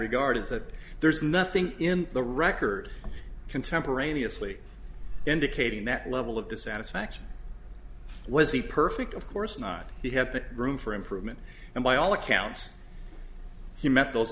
regard is that there's nothing in the record contemporaneously indicating that level of dissatisfaction was the perfect of course not he had the room for improvement and by all accounts he met